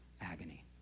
Agony